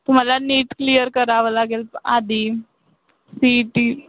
तुम्हाला नीट क्लियर करावं लागेल आधी सी ई टी